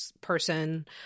person